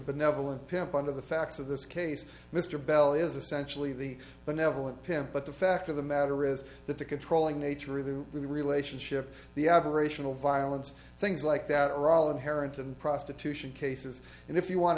benevolent pimp under the facts of this case mr bell is essentially the benevolent pimp but the fact of the matter is that the controlling nature of the relationship the aberrational violence things like that are all inherent in prostitution cases and if you want